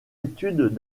études